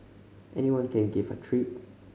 anyone can give a treat